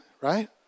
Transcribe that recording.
right